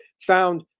found